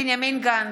בנימין גנץ,